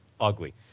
ugly